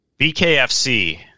BKFC